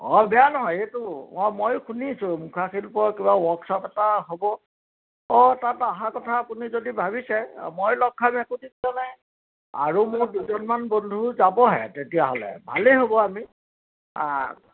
অঁ বেয়া নহয় এইটো অঁ মইয়ো শুনিছোঁ মুখা শিল্পৰ কিবা ৱৰ্কশ্বপ এটা হ'ব অঁ তাত অহাৰ কথা আপুনি যদি ভাবিছে মই লগ খালে একো চিন্তা নাই আৰু মোৰ দুজনমান বন্ধু যাবহে তেতিয়হ'লে ভালে হ'ব আমি